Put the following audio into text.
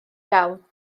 iawn